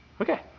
Okay